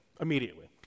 immediately